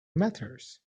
matters